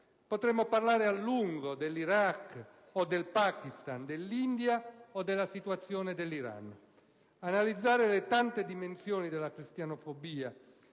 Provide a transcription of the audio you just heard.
Potremmo parlare a lungo dell'Iraq o del Pakistan, dell'India o della situazione dell'Iran. Potremmo anche analizzare le tante dimensioni della cristianofobia,